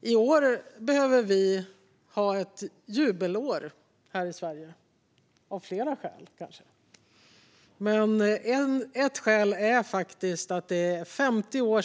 I år bör vi ha ett jubelår här i Sverige, kanske av flera skäl. Ett skäl är att det i år är 50 år